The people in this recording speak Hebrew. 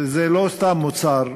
וזה לא סתם מוצר,